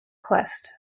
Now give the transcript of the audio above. quest